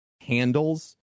handles